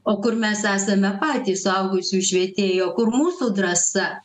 o kur mes esame patys suaugusiųjų švietėjai kur mūsų drąsa